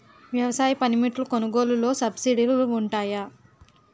వ్యవసాయ పనిముట్లు కొనుగోలు లొ సబ్సిడీ లు వుంటాయా?